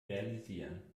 realisieren